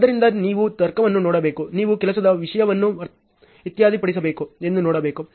ಆದ್ದರಿಂದ ನೀವು ತರ್ಕವನ್ನು ನೋಡಬೇಕು ನೀವು ಕೆಲಸದ ವಿಷಯವನ್ನು ಇತ್ಯರ್ಥಪಡಿಸಬೇಕು ಎಂದು ನೋಡಬೇಕು